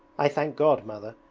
i thank god, mother,